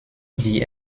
die